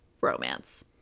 romance